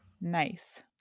Nice